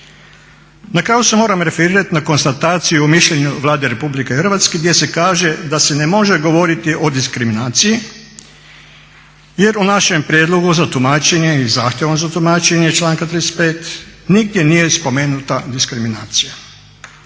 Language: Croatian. Na kraju se moram referirati na konstataciju o mišljenju Vlade RH gdje se kaže da se ne može govoriti o diskriminaciji jer u našem prijedlogu za tumačenje i zahtjevom za tumačenje iz članka 35.nigdje nije spomenuta diskriminacija.